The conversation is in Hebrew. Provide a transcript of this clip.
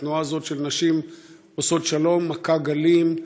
התנועה הזאת, של נשים עושות שלום, מכה גלים,